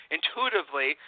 Intuitively